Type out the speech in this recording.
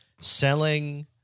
selling